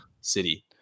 city